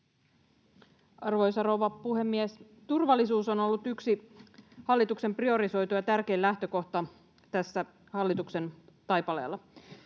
Arvoisa rouva puhemies! Turvallisuus on ollut yksi hallituksen priorisoitu ja tärkein lähtökohta tässä hallituksen taipaleella.